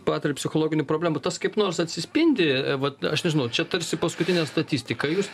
patiria psichologinių problemų tas kaip nors atsispindi vat aš nežinau čia tarsi paskutinė statistika jūs